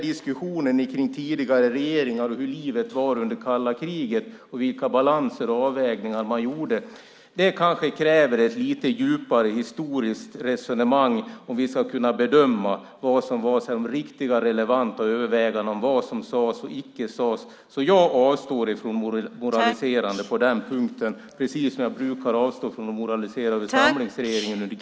Diskussionen om tidigare regeringar och hur livet var under det kalla kriget och vilka avvägningar man gjorde kanske kräver ett något djupare historiskt resonemang för att vi ska kunna bedöma vad som var riktiga relevanta överväganden och vad som sades och inte sades. Jag avstår från moraliserande på den punkten precis som jag brukar avstå från att moralisera över samlingsregeringen under kriget.